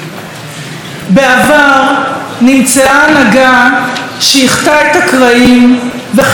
נמצאה הנהגה שאיחתה את הקרעים וחיברה אותנו מחדש למי שאנחנו,